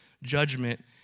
Judgment